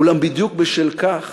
אולם בדיוק בשל כך